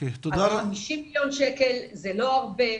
50 מיליון שקלים, זה לא הרבה.